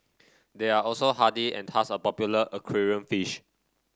they are also hardy and thus a popular aquarium fish